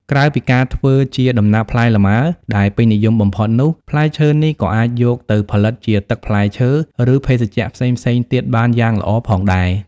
ក្រៅពីការធ្វើជា ដំណាប់ផ្លែលម៉ើ ដែលពេញនិយមបំផុតនោះ ផ្លែឈើនេះក៏អាចយកទៅផលិតជាទឹកផ្លែឈើ ឬភេសជ្ជៈផ្សេងៗទៀតបានយ៉ាងល្អផងដែរ។